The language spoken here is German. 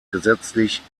gesetzlich